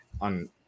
on